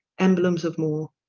emblemes of more,